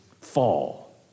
fall